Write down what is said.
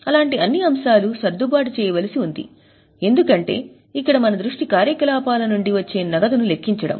అలాంటి అన్ని అంశాలు సర్దుబాటు చేయవలసి ఉంది ఎందుకంటే ఇక్కడ మన దృష్టి కార్యకలాపాల నుండి వచ్చే నగదును లెక్కించడం